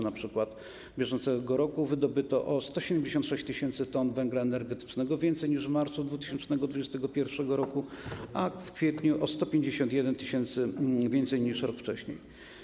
Na przykład w marcu bieżącego roku wydobyto o 176 tys. t węgla energetycznego więcej niż w marcu 2021 r., a w kwietniu o 151 tys. t więcej niż rok wcześniej.